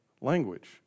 language